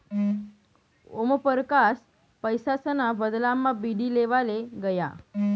ओमपरकास पैसासना बदलामा बीडी लेवाले गया